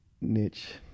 niche